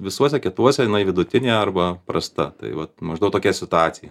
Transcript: visuose kituose jinai vidutinė arba prasta tai vat maždaug tokia situacija